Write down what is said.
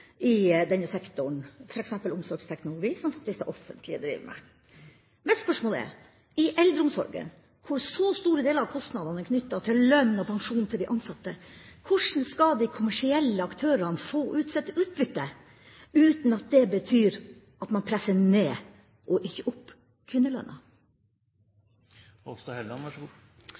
i denne sektoren, f.eks. omsorgsteknologi, som det offentlige driver med. Mitt spørsmål er: Hvordan skal de kommersielle aktørene få ut sitt utbytte i eldreomsorgen, hvor store deler av kostnadene er knyttet til lønn og pensjon til de ansatte, uten at det betyr at man presser ned og ikke opp